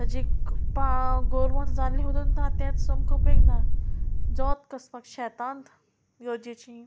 ताची पाव गोरवां जाल्ली सुद्दां ना तेंच सामको उपेग ना जोत कसपाक शेतांत गरजेची